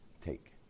take